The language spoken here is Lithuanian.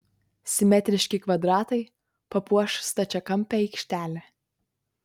simetriški kvadratai papuoš stačiakampę aikštelę